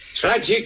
tragic